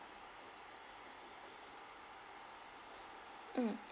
mm